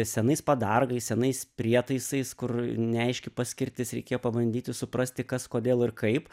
senais padargais senais prietaisais kur neaiški paskirtis reikė pabandyti suprasti kas kodėl ir kaip